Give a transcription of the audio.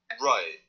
right